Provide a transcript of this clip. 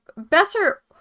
Besser